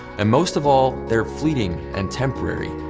and most of all they're fleeting and temporary.